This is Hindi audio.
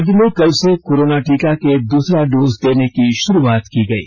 राज्य में कल से कोरोना टीका के दूसरा डोज देने की शुरूआत की गयी